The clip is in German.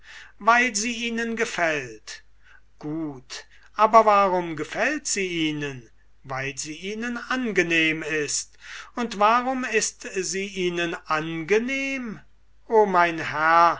weil sie ihnen gefällt gut aber warum gefällt sie ihnen weil sie ihnen angenehm ist und warum ist sie ihnen angenehm o mein herr